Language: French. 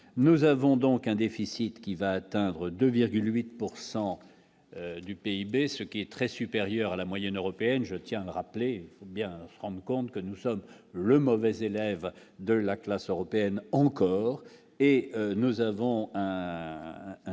nous avons donc un déficit qui va atteindre 2,8 pourcent du PIB, ce qui est très supérieur à la moyenne européenne, je tiens à le rappeler bien rendu compte que nous sommes le mauvais élève de la classe européenne encore et nous avons, à